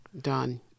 done